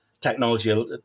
technology